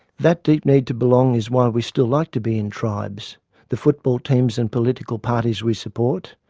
that deep need to belong is why we still like to be in tribes the football teams and political parties we support,